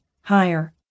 higher